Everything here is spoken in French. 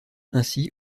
ainsi